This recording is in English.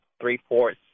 three-fourths